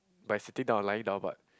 by sitting down or lying down but